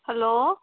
hello